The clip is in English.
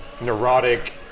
neurotic